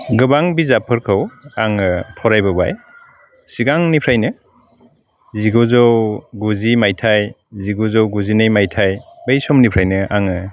गोबां बिजाबफोरखौ आङो फरायबोबाय सिगांनिफ्रायनो जिगुजौ गुजि मायथाइ जिगुजौ गुजिनै मायथाइ बै समनिफ्रायनो आङो